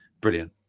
brilliant